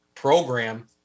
program